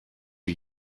wie